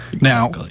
Now